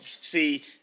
See